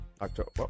October